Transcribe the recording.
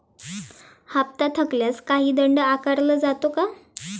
हप्ता थकल्यास काही दंड आकारला जातो का?